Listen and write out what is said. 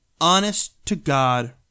honest-to-God